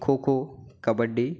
kho kho kabaddi